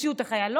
הוציאו את החיילות?